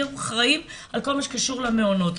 יהיו אחראים על כל מה שקשור למעונות,